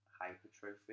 hypertrophy